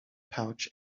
pouch